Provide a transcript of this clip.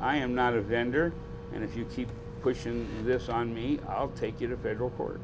i am not a vendor and if you keep pushing this on me i'll take you to federal court